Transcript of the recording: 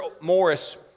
Morris